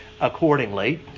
accordingly